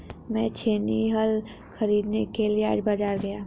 मैं छेनी हल खरीदने के लिए आज बाजार गया